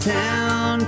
town